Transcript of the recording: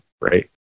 right